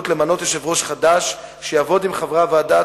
למנות יושב-ראש חדש שיעבוד עם חברי הוועדה